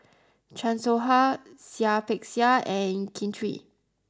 Chan Soh Ha Seah Peck Seah and Kin Chui